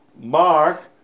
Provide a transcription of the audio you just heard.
Mark